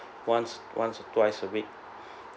once once or twice a week